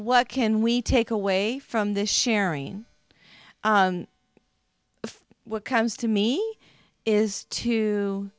what can we take away from this sharing of what comes to me is to